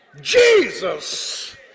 Jesus